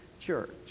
church